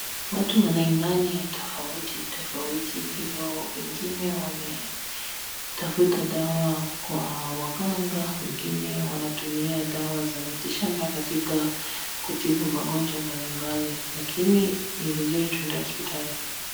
Watu wana imani tofauti tofauti hivo wengi wametafuta dawa kwa waganga wengine wanatumia dawa za miti shamba katika kutibu magonjwa mbalimbali lakini ni vizuri twende hospitali.